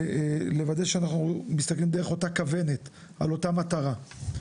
ולוודא שאנחנו מסתכלים דרך אותה כוונת על אותה מטרה.